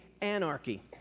anarchy